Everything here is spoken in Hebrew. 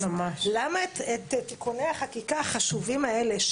אז למה לא את תיקוני החקיקה החשובים האלה,